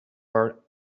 are